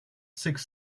six